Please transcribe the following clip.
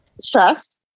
Stressed